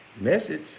Message